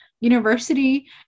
university